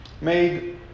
made